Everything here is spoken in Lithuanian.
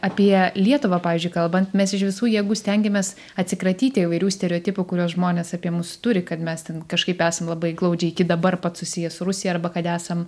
apie lietuvą pavyzdžiui kalbant mes iš visų jėgų stengiamės atsikratyti įvairių stereotipų kuriuos žmonės apie mus turi kad mes ten kažkaip esam labai glaudžiai iki dabar pat susiję su rusija arba kad esam